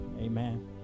Amen